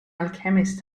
alchemist